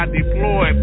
deploy